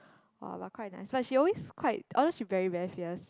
!wah! but quite nice but she always quite although very very fierce